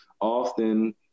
often